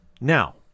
now